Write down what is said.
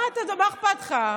מה אכפת לך?